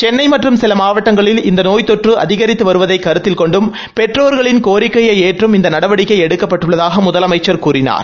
சென்னை மற்றும் சில மாவட்டங்களில் இந்த நோய் தொற்று அதிகரித்து வருவதை கருத்தில் கொண்டும் பெற்றோர்களின் கோரிக்கையை ஏற்றும் இந்த நடவடிக்கை எடுக்கப்பட்டுள்ளதாக முதலமைச்சர் கூறினார்